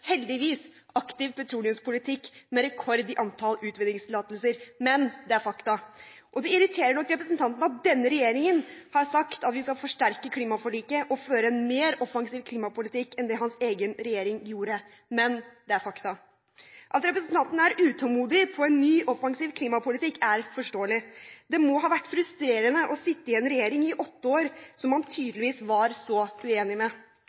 heldigvis – aktiv petroleumspolitikk med rekord i antall utvinningstillatelser. Men det er et faktum. Det irriterer nok representanten at denne regjeringen har sagt at vi skal forsterke klimaforliket og føre en mer offensiv klimapolitikk enn det hans egen regjering gjorde. Men det er et faktum. At representanten er utålmodig etter en ny, offensiv klimapolitikk, er forståelig. Det må ha vært frustrerende å sitte i en regjering i åtte år som man tydeligvis var så uenig med.